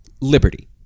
Liberty